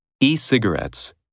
E-Cigarettes